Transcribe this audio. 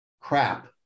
crap